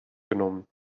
genommen